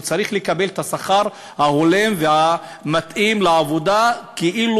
הוא צריך לקבל את השכר ההולם והמתאים לעבודה כאילו